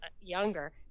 younger